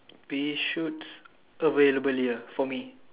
pea shoots available here for me